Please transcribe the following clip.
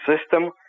system